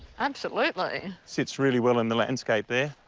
absolutely. sits really well in the landscape there.